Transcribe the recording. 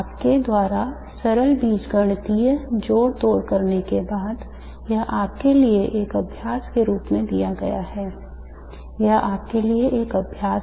आपके द्वारा सरल बीजगणितीय जोड़ तोड़ करने के बाद यह आपके लिए एक अभ्यास के रूप में दिया गया है यह आपके लिए एक अभ्यास है